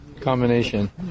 combination